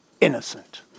innocent